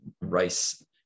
rice